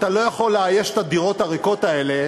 אתה לא יכול לאייש את הדירות הריקות האלה